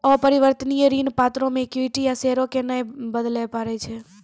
अपरिवर्तनीय ऋण पत्रो मे इक्विटी या शेयरो के नै बदलै पड़ै छै